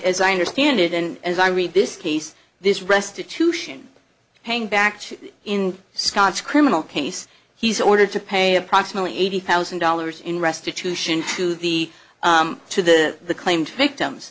as i understand it and as i read this case this restitution paying back in scott's criminal case he's ordered to pay approximately eighty thousand dollars in restitution to the to the claimed victims